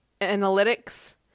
analytics